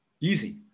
Easy